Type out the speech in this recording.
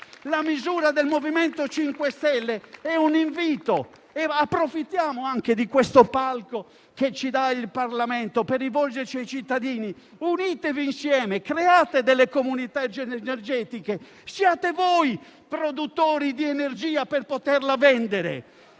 La misura del MoVimento 5 Stelle è un invito; approfittiamo anche di questo palco che ci dà il Parlamento per rivolgerci ai cittadini: unitevi insieme; create comunità energetiche; siate voi produttori di energia per poterla vendere.